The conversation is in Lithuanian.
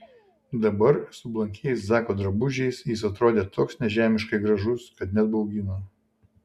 dabar su blankiais zako drabužiais jis atrodė toks nežemiškai gražus kad net baugino